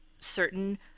certain